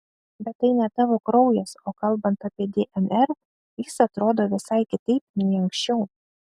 bet tai ne tavo kraujas o kalbant apie dnr jis atrodo visai kitaip nei anksčiau